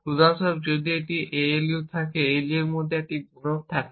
উদাহরণস্বরূপ যদি একটি ALU থাকে এবং ALU এর মধ্যে একটি গুণক থাকে